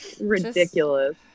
Ridiculous